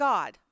God